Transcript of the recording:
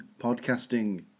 podcasting